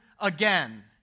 again